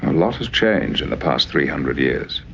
lot has changed in the past three hundred years.